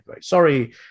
sorry